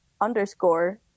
underscore